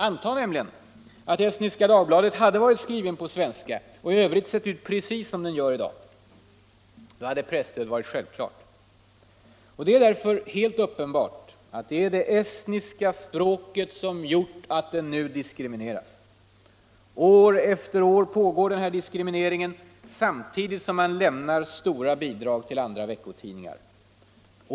Antag nämligen att Estniska Dagbladet hade varit skriven på svenska och i övrigt sett ut precis som den gör i dag. Då hade presstöd varit självklart. Det är därför helt uppenbart att det är det estniska språket som gjort att den nu diskrimineras. År efter år pågår denna diskriminering samtidigt som man lämnar stora bidrag till andra veckotidningar.